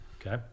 okay